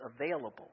available